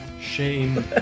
Shame